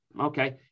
Okay